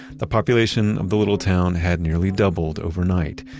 the population of the little town had nearly doubled overnight.